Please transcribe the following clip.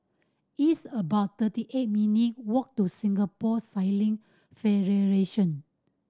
it's about thirty eight minute walk to Singapore Sailing Federation